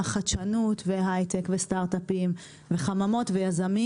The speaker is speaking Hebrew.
חדשות והייטק וסטארטאפים וחממות ויזמים